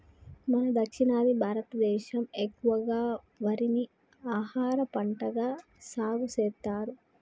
మన దక్షిణాది భారతదేసం ఎక్కువగా వరిని ఆహారపంటగా సాగుసెత్తారు